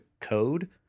code